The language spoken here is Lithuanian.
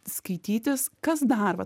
skaitytis kas dar va